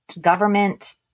government